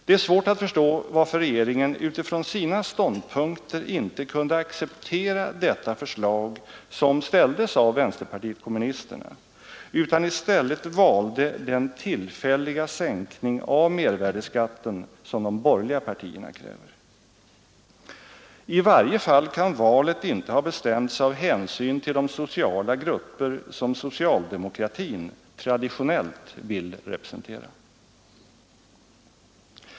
Det är svårt att förstå varför regeringen utifrån sina ståndpunkter inte kunde acceptera detta förslag, som ställdes av vänsterpartiet kommunisterna, utan i stället valde den tillfälliga sänkning av mervärdeskatten som de borgerliga partierna kräver. I varje fall kan valet inte ha bestämts av hänsyn till de sociala grupper som socialdemokratin traditionellt vill representera.